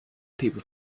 people